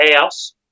house